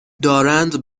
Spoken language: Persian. دارند